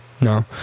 No